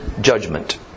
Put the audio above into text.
judgment